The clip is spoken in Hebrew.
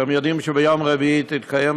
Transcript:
אתם יודעים שביום רביעי תתקיים,